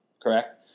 Correct